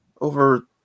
over